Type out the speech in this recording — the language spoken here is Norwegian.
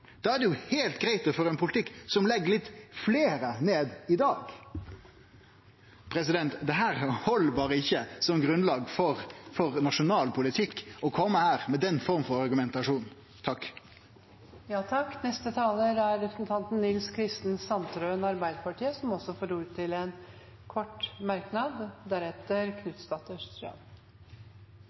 er det heilt greitt å føre ein politikk som legg ned litt fleire i dag. Det held berre ikkje som grunnlag for nasjonal politikk å kome her med den forma for argumentasjon. Representanten Nils Kristen Sandtrøen har hatt ordet to ganger tidligere og får ordet til en kort merknad,